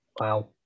Wow